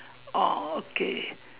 oh okay